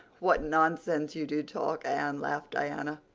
what nonsense you do talk, anne, laughed diana.